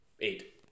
Eight